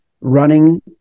running